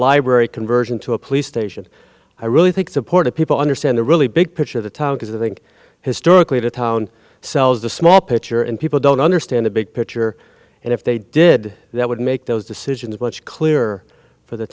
library conversion to a police station i really think supported people understand the really big picture of the town because of think historically the town sells a small picture and people don't understand the big picture and if they did that would make those decisions much clearer for the